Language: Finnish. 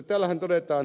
täällähän todetaan